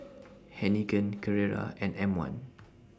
Heinekein Carrera and M one